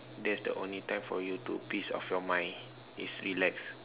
that's the only time for you to peace of your mind is relax